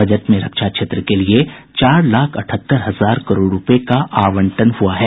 budget में रक्षा क्षेत्र के लिए चार लाख अठहत्तर हजार करोड़ रूपये का आवंटन हुआ है